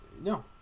No